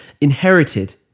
inherited